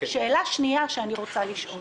שאלה שנייה שאני רוצה לשאול: